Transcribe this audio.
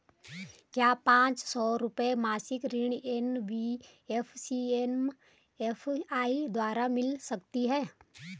क्या पांच सौ रुपए मासिक ऋण एन.बी.एफ.सी एम.एफ.आई द्वारा मिल सकता है?